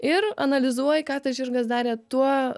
ir analizuoji ką tas žirgas darė tuo